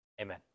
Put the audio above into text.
amen